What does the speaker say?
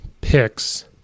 picks